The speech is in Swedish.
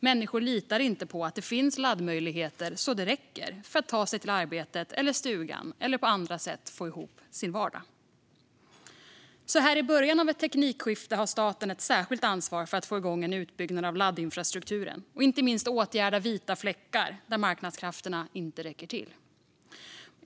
Människor litar inte på att det finns laddmöjligheter så det räcker för att ta sig till arbetet eller stugan eller på andra sätt få ihop vardagen. Så här i början av ett teknikskifte har staten ett särskilt ansvar för att få igång en utbyggnad av laddinfrastrukturen och inte minst åtgärda vita fläckar där marknadskrafterna inte räcker till.